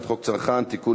הצעת חוק הגנת הצרכן (תיקון,